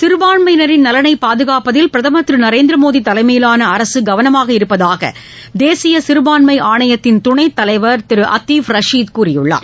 சிறுபான்மையினரின் நலனை பாதுகாப்பதில் பிரதம் திரு நநரேந்திரமோடி தலைமையிலான அரசு கவனமாக இருப்பதாக தேசிய சிறுபான்ஸ் ஆணையத்தின் துணைத்தலைவர் திரு ஆர்த்தீப் ரலீது கூறியுள்ளார்